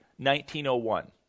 1901